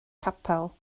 capel